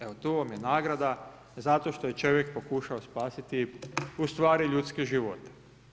Evo, to vam je nagrada zato što je čovjek pokušao spasiti, u stvari, ljudske živote.